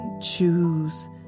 choose